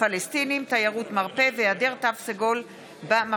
פלסטינים (תיירות מרפא) והיעדר תו סגול במחסומים.